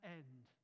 end